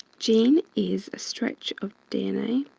gene is a stretch of dna.